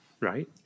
Right